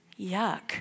yuck